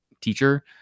teacher